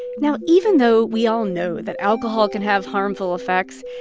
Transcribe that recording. now, even though we all know that alcohol can have harmful effects,